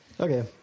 Okay